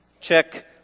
check